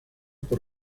por